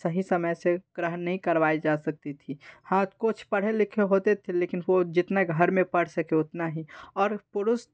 सही समय से ग्रहण नहीं करवाई जा सकती थी हाँ कुछ पढ़े लिखे होते थे लेकिन वह जितना घर में पढ़ सके उतना ही और पुरुष